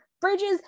Bridges